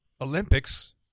Olympics